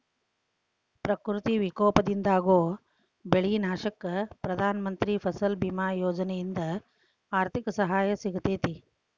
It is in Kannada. ಪ್ರಕೃತಿ ವಿಕೋಪದಿಂದಾಗೋ ಬೆಳಿ ನಾಶಕ್ಕ ಪ್ರಧಾನ ಮಂತ್ರಿ ಫಸಲ್ ಬಿಮಾ ಯೋಜನೆಯಿಂದ ಆರ್ಥಿಕ ಸಹಾಯ ಸಿಗತೇತಿ